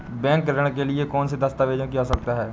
Bank ऋण के लिए कौन से दस्तावेजों की आवश्यकता है?